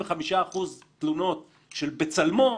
85% מן התלונות של "בצלמו",